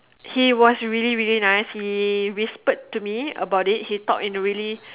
he was really really nice he whispered to me about it he talk in really